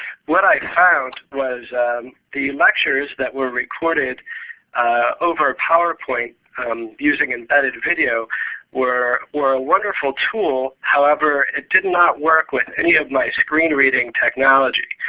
what i found was the lectures that were recorded over a powerpoint using embedded video were were a wonderful tool. however, it did not work with any of my screen-reading technology.